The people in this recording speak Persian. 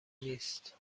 نیست